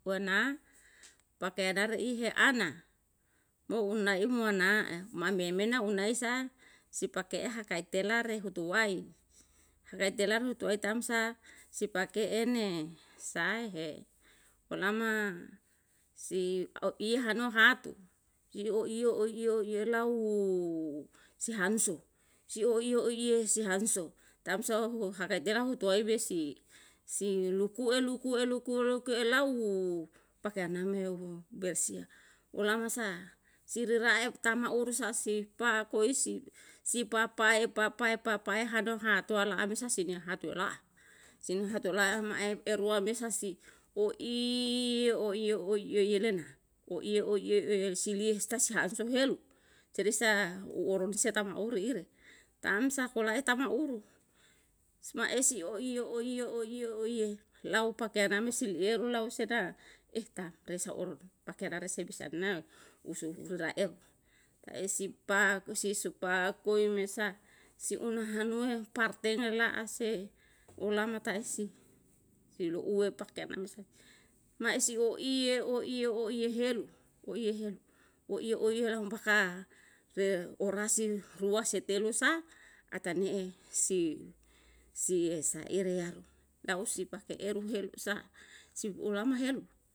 Wana, pake adare ihe ana, mo ina im wanae mo ambe emena uanai sa, si pake ahakaitela re hutuwai, reitelam hutuwai tam sa si pake ene sae he olama si oi hano hatu, si oiyo oiyo oiyo lau si hansu, si oiyo oiyo oiyo si hansu, tam sao huhakai tela hutuwai besi si lukue lukue lukue lukue lau, pakeyang leu beesia, oalamasa si renae tana urusasi pa'a koisi si papae pape papae hano hatua la abisa si hiniya hatu la'a, si hiniya hatula'a mae erua mesa si oiyo oiyo oiyo le na oiyo ooiyo oiyo si liye istasiha hansohelu, sere sa uorom se ta mauri ire, tam sa kola eta mauru, maesi oiyo oiyo oiyo oiyo lau pakeyana me si lieru lau se na ehta resaoru pake na rese be sanang, usu usu naeru, taesi si supaku si supakui me sa, si una hanuwe paeteng la'a se, olamata esi, si lu'uwe pakeyana me sa, naesi oiye oiye oiye helu oiye helu, oiye oiye lawum paka, re orasi rua setelu sa atane'e si si saire yalu, lau si pake eru heru sa, su olama helu